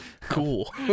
cool